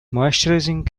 moisturising